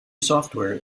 software